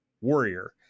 Warrior